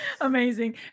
Amazing